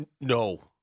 No